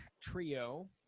trio